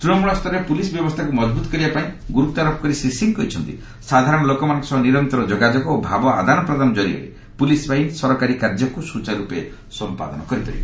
ତୂଶମୂଳ ସ୍ତରରେ ପୁଲିସ୍ ବ୍ୟବସ୍ଥାକୁ ମଜବୁତ କରିବା ପାଇଁ ଗୁରୁତ୍ୱାରୋପ କରି ଶ୍ରୀ ସିଂହ କହିଛନ୍ତି ସାଧାରଣ ଲୋକମାନଙ୍କ ସହ ନିରନ୍ତର ଯୋଗାଯୋଗ ଓ ଭାବ ଆଦାନ ପ୍ରଦାନ ଜରିଆରେ ପୁଲିସ୍ ବାହିନୀ ସରକାରୀ କାର୍ଯ୍ୟକୁ ସ୍ୱଚାର୍ରରପେ ସମ୍ପାଦନ କରିପାରିବ